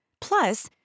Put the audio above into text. Plus